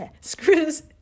screws